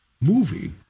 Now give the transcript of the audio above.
movie